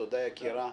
תודה, יקירה.